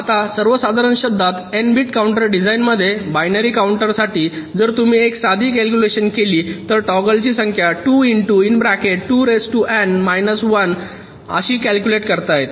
आता सर्वसाधारण शब्दांत एन बिट काउंटर डिझाइनमध्ये बायनरी काउंटरसाठी जर तुम्ही एक साधी कॅल्क्युलेशन केली तर टॉगलची संख्या अशी कॅल्क्युलेट करता येते